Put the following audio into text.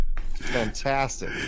Fantastic